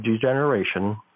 degeneration